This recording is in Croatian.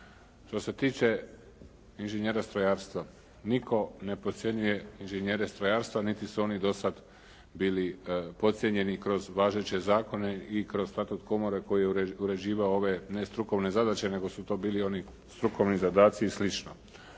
što se tiče inženjera strojarstva. Nitko ne podcjenjuje inženjere strojarstva niti su oni do sada bili podcijenjeni kroz važeće zakone i kroz status komore koji je uređivao ove ne strukovne zadaće, nego su to bili oni strukovni zadaci i